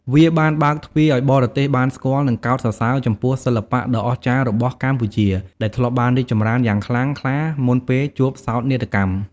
វាបាន បើកទ្វារ ឲ្យបរទេសបានស្គាល់ និងកោតសរសើរចំពោះសិល្បៈដ៏អស្ចារ្យរបស់កម្ពុជា ដែលធ្លាប់បានរីកចម្រើនយ៉ាងខ្លាំងក្លាមុនពេលជួបសោកនាដកម្ម។